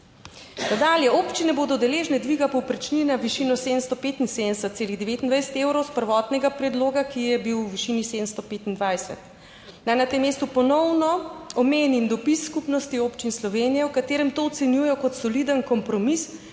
Nadalje, občine bodo deležne dviga povprečnine v višino 775,29 evrov iz prvotnega predloga, ki je bil v višini 725. Naj na tem mestu ponovno omenim dopis Skupnosti občin Slovenije, v katerem to ocenjujejo kot soliden kompromis,